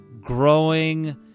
growing